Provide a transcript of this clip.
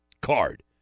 card